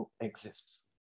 exists